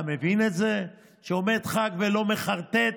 אתה מבין את זה שעומד חבר כנסת ולא מחרטט